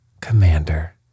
Commander